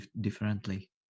differently